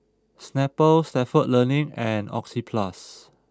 Snapple Stalford Learning and Oxyplus